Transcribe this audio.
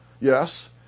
Yes